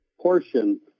portion